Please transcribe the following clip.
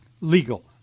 legal